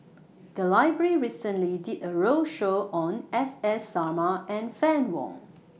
The Library recently did A roadshow on S S Sarma and Fann Wong